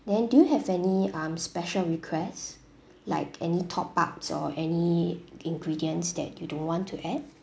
then do you have any um special requests like any top ups or any ingredients that you don't want to add